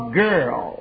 girl